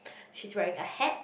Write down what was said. she's wearing a hat